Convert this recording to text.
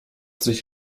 sich